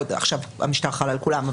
--- המשטר חל עם כולם,